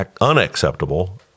unacceptable